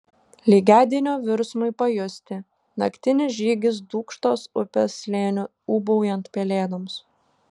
lygiadienio virsmui pajusti naktinis žygis dūkštos upės slėniu ūbaujant pelėdoms